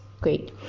great